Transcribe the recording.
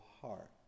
heart